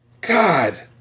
God